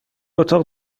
اتاق